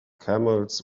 camels